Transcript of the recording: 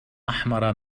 أحمر